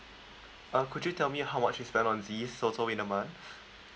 uh could you tell me how much you spend on these so so in a month